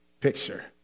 picture